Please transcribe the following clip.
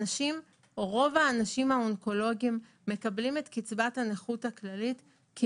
רוב האנשים האונקולוגיים מקבלים את קצבת הנכות הכללית עם האבחנה,